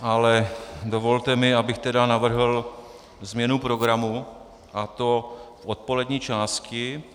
Ale dovolte mi, abych tedy navrhl změnu programu, a to odpolední části.